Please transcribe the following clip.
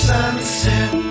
Sunset